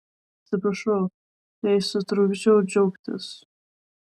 atsiprašau jei sutrukdžiau džiaugtis